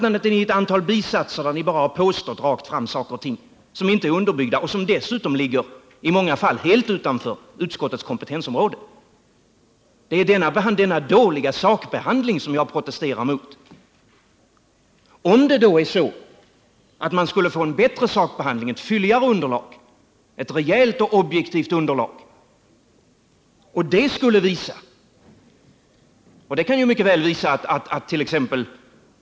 Ni har i ett antal bisatser bara rakt fram påstått saker och ting som inte är underbyggda och som dessutom i många fall ligger helt utanför utskottets kompetensområde. Det är denna dåliga sakbehandling som jag protesterar mot. Om det då är så att man skulle få en bättre sakbehandling på ett fylligare underlag, ett rejält och objektivt underlag, och att det skulle visa — vilket det ju också mycket väl kan göra —- attt.ex.